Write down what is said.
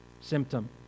symptom